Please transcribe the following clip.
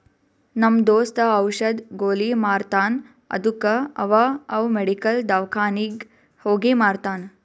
ನಮ್ ದೋಸ್ತ ಔಷದ್, ಗೊಲಿ ಮಾರ್ತಾನ್ ಅದ್ದುಕ ಅವಾ ಅವ್ ಮೆಡಿಕಲ್, ದವ್ಕಾನಿಗ್ ಹೋಗಿ ಮಾರ್ತಾನ್